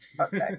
Okay